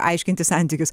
aiškintis santykius